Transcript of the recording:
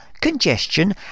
congestion